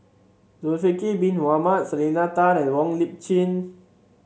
Zulkifli Bin Mohamed Selena Tan and Wong Lip Chin